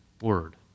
word